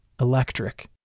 electric